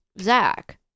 Zach